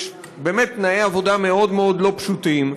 יש תנאי עבודה מאוד מאוד לא פשוטים.